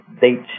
date